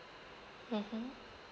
mmhmm